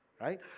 Right